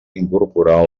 incorporar